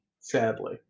Sadly